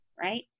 right